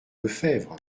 lefebvre